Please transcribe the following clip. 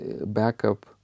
backup